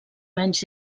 menys